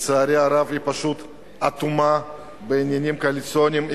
לצערי הרב היא פשוט אטומה בעניינים קואליציוניים.